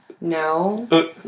no